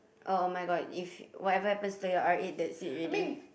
oh [oh]-my-god if whatever happens to your R eight that's it already